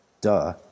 Duh